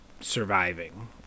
surviving